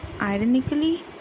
ironically